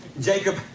Jacob